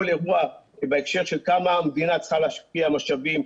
אירוע בהקשר של כמה המדינה צריכה להשקיע משאבים.